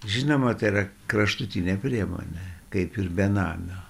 žinoma tai yra kraštutinė priemonė kaip ir benamio